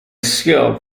skill